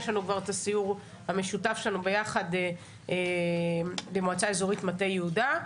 יש לנו כבר את הסיור המשותף שלנו ביחד במועצה האזורית מטה יהודה.